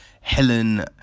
Helen